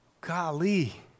Golly